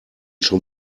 schon